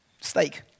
steak